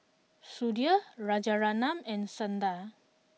Sudhir Rajaratnam and Sundar